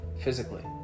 Physically